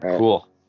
Cool